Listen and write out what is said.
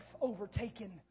overtaken